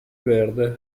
verde